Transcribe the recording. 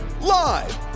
Live